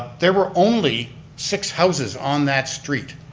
there were only six houses on that street.